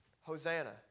Hosanna